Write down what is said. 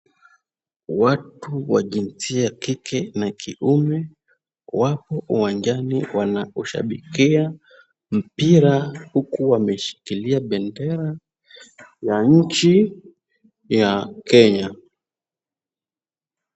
Watu wa jinsia ya kike na kiume, wapo uwanjani wanaushabikia mpira huku wameshikilia bendera ya nchi ya Kenya.